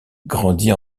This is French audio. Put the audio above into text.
grandit